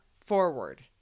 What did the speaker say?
forward